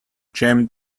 jam